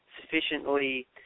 sufficiently